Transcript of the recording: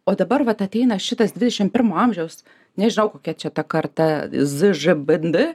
o dabar vat ateina šitas dvidešim pirmo amžiaus nežinau kokia čia ta karta z ž b d